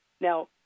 Now